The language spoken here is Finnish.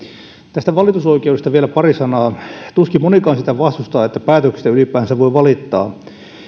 tästä valitusoikeudesta vielä pari sanaa tuskin monikaan sitä vastustaa että päätöksistä ylipäänsä voi valittaa